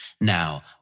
Now